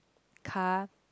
car